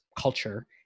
culture